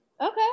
okay